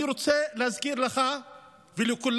אני רוצה להזכיר לך ולכולם